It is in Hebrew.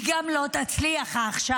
היא גם לא תצליח עכשיו,